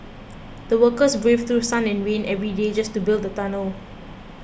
the workers braved through sun and rain every day just to build the tunnel